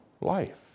life